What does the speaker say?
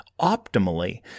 optimally